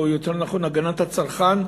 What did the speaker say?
או יותר נכון של הגנת הצרכן,